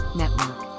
network